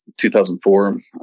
2004